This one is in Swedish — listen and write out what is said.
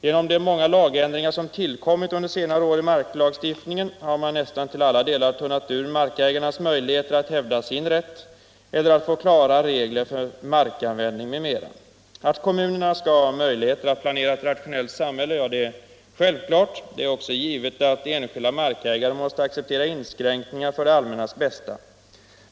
Genom de många lagändringar som har tillkommit under senare år i marklagstiftningen har man nästan till alla delar tunnat ut markägarnas möjligheter att hävda sin rätt eller att få klara regler för markanvändning m.m. Att kommunerna skall ha möjligheter att planera ett rationellt samhälle är klart. Det är också givet att enskilda markägare måste acceptera inskränkningar för det allmännas bästa.